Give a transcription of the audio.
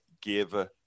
give